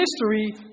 history